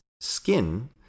skin